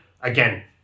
again